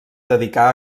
dedicar